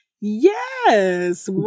Yes